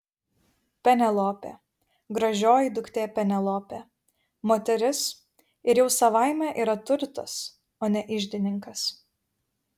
penelopė gražioji duktė penelopė moteris ir jau savaime yra turtas o ne iždininkas